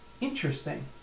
Interesting